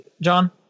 John